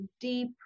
deep